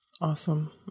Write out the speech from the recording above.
Awesome